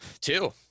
Two